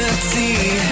see